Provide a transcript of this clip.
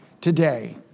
today